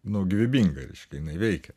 nu gyvybinga reiškia jinai veikia